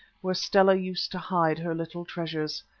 where stella used to hide her little treasures.